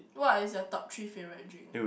what is your top three favourite drink